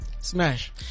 Smash